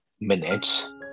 minutes